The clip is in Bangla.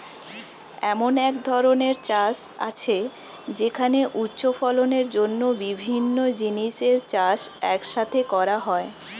এমন এক ধরনের চাষ আছে যেখানে উচ্চ ফলনের জন্য বিভিন্ন জিনিসের চাষ এক সাথে করা হয়